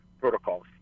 protocols